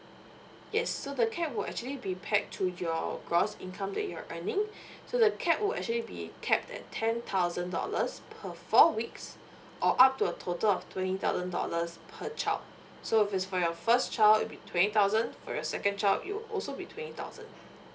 yes so the cap will actually be back to your gross income that you're earning so the cap would actually be capped at ten thousand dollars per four weeks or up to a total of twenty thousand dollars per child so if it's for your first child it'll be twenty thousand for your second child it would also be twenty thousand